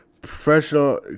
Professional